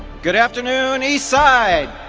good afternoon eastside!